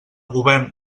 govern